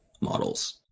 models